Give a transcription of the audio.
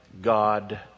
God